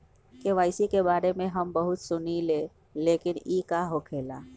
KYC के बारे में हम बहुत सुनीले लेकिन इ का होखेला?